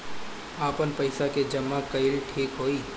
आपन पईसा के जमा कईल ठीक होई?